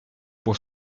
pour